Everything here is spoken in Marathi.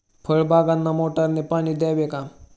फळबागांना मोटारने पाणी द्यावे का?